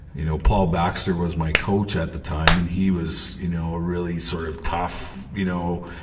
you know paul baxter was my coach at the time, and he was, you know a really sort of tough, you know,